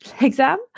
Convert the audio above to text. exam